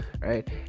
right